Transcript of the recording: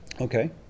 Okay